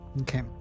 okay